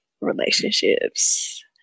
relationships